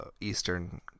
eastern